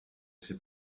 sais